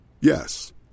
Yes